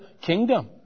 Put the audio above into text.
kingdom